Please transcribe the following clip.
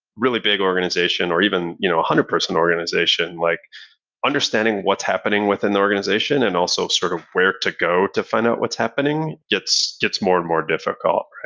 really big organization, or even you know a one hundred person organization, like understanding what's happening within the organization and also sort of where to go to find out what's happening gets gets more and more difficult.